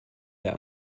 der